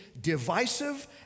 divisive